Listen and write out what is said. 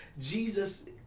Jesus